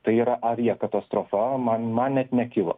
tai yra aviakatastrofa man man net nekilo